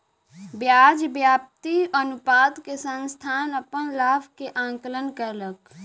ब्याज व्याप्ति अनुपात से संस्थान अपन लाभ के आंकलन कयलक